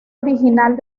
original